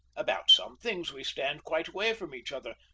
about some things we stand quite away from each other,